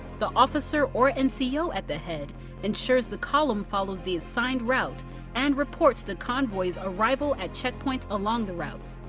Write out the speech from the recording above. the officer or and nco at the head ensures the column follows the assigned route and reports the convoy s arrival at checkpoints along the route.